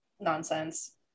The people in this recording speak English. nonsense